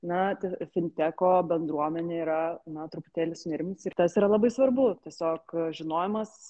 na t finteko bendruomenė yra na truputėlį sunerimusi ir tas yra labai svarbu tiesiog žinojimas